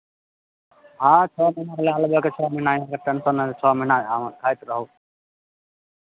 हँ छओ महीनाके लए लेबै छओ महीनाके अहाँके टेंशन नहि छओ महीना अहाँ खाइत रहू